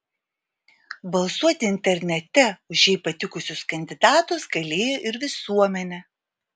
balsuoti internete už jai patikusius kandidatus galėjo ir visuomenė